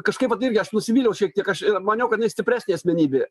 kažkaip vat irgi aš nusivyliau šiek tiek aš maniau kad jinai stipresnė asmenybė